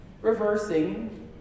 reversing